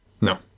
No